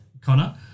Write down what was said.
Connor